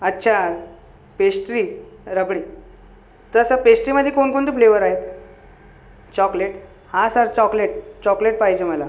अच्छा पेश्ट्री रबडी तसं पेस्ट्रीमध्ये कोणकोणते फ्लेवर आहेत चॉकलेट हां सर चॉकलेट चॉकलेट पाहिजे मला